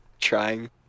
trying